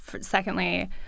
Secondly